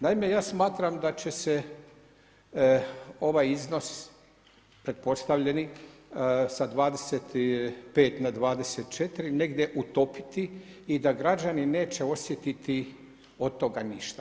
Naime, ja smatram da će se ovaj iznos pretpostavljeni sa 25 na 24 negdje utopiti i da građani neće osjetiti od toga ništa.